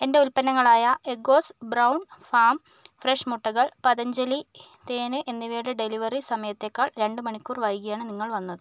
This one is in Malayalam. എന്റെ ഉൽപ്പന്നങ്ങളായ എഗ്ഗോസ് ബ്രൗൺ ഫാം ഫ്രഷ് മുട്ടകൾ പതഞ്ജലി തേൻ എന്നിവയുടെ ഡെലിവറി സമയത്തേക്കാൾ രണ്ട് മണിക്കൂർ വൈകിയാണ് നിങ്ങൾ വന്നത്